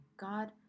god